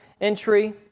entry